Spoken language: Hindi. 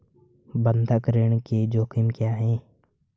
बंधक ऋण के जोखिम क्या हैं?